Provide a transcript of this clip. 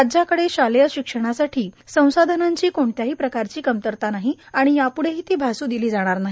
राज्याकडे शालेय शिक्षणासाठी संसाधनांची कोणत्याही प्रकारची कमतरता नाही आणि याप्ढेही ती भासू दिली जाणार नाही